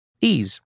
ease